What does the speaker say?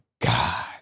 God